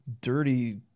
dirty